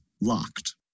locked